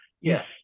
yes